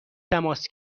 تماس